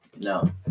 No